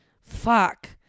Fuck